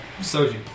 soji